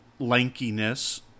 lankiness